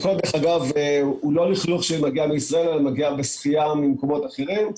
דרך אגב, חלקו לא מגיע מישראל, אלא ממקומות אחרים.